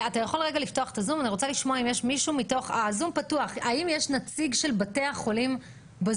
אני רוצה לשמוע נציג של בתי החולים.